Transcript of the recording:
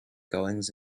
goings